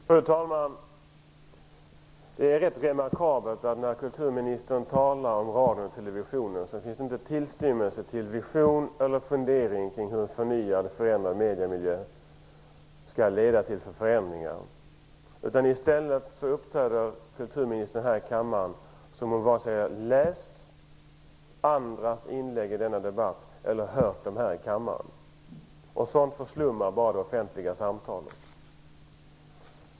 Fru talman! Det är remarkabelt att det, när kulturministern talar om radion och televisionen, inte finns tillstymmelse till vision eller fundering kring hur en förnyad och förändrad mediemiljö skall leda till förändringar. I stället uppträder kulturministern här i kammaren som om hon varken har läst andras inlägg i denna debatt eller hört dem här i kammaren. Sådant förslummar bara de offentliga samtalen.